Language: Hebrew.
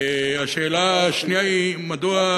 השאלה השנייה היא: מדוע,